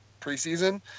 preseason